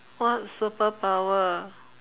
what superpower